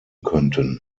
könnten